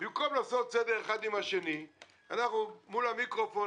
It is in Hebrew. במקום לעשות סדר האחד עם השני אנחנו מול המיקרופון